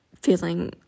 feeling